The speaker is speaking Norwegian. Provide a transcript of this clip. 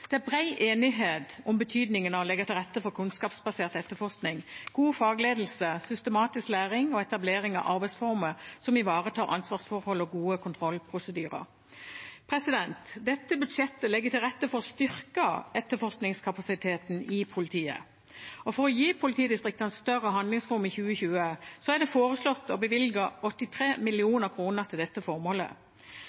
Det er bred enighet om betydningen av å legge til rette for kunnskapsbasert etterforskning, god fagledelse, systematisk læring og etablering av arbeidsformer som ivaretar ansvarsforhold og gode kontrollprosedyrer. Dette budsjettet legger til rette for å styrke etterforskningskapasiteten i politiet. For å gi politidistriktene større handlingsrom i 2020 er det foreslått å bevilge 83